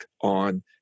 on